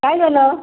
काय झालं